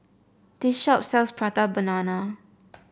this shop sells Prata Banana